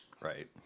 Right